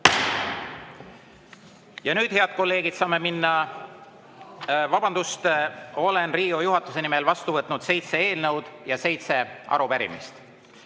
Ja nüüd, head kolleegid, saame minna … Vabandust! Olen Riigikogu juhatuse nimel vastu võtnud seitse eelnõu ja seitse arupärimist.